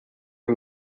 who